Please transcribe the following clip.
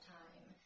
time